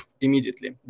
immediately